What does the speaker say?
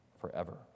forever